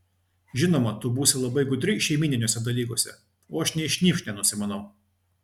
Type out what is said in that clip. žinoma tu būsi labai gudri šeimyniniuose dalykuose o aš nei šnypšt nenusimanau